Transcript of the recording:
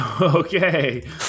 Okay